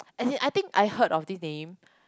as in I think I heard of this name